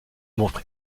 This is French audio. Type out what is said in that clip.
montre